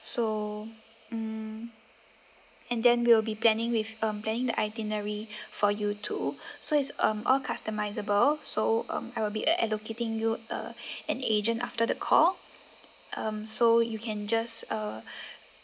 so mm and then we will be planning with um planning the itinerary for you too so it's um all customisable so um I will be at allocating you a an agent after the call um so you can just uh